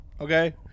Okay